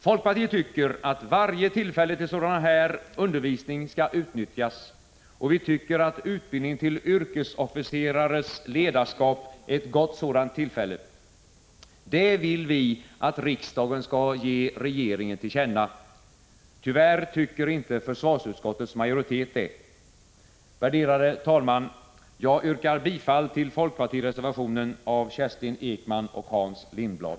Folkpartiet tycker att varje tillfälle till sådan här undervisning skall utnyttjas, och vi tycker att utbildning till yrkesofficerarnas ledarskap är ett gott sådant tillfälle. Det vill vi att riksdagen skall ge regeringen till känna. Tyvärr tycker inte försvarsutskottets majoritet detta. Herr talman! Jag yrkar bifall till folkpartireservationen av Kerstin Ekman och Hans Lindblad.